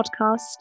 podcast